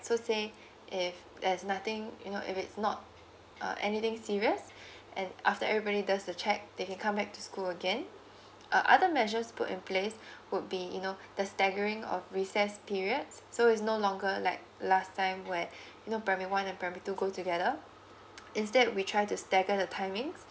so say if there's nothing you know if it's not uh anything serious and after everybody does the check they come back to school again uh other measures put in place would be you know the staggering of recess periods so it's no longer like last time where you know primary one and primary two go together instead we try to stagger the timings